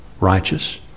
righteous